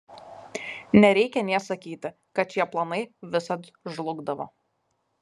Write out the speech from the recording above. nereikia nė sakyti kad šie planai visad žlugdavo